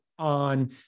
On